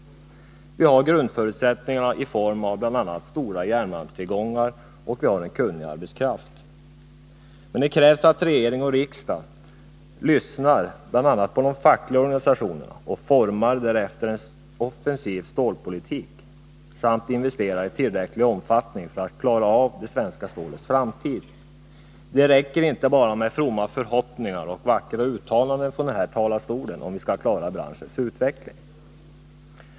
Vi har grundförutsättningar i form av stora järnmalmstillgångar och kunnig arbetskraft. Men det krävs att regering och riksdag lyssnar på de fackliga organisationerna och formar en offensiv stålpolitik samt investerar i tillräcklig omfattning för att klara det svenska stålets framtid. Det räcker inte med bara fromma förhoppningar och vackra uttalanden från den här talarstolen om att vi skall klara branschens utveckling.